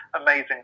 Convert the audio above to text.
amazing